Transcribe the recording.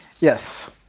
Yes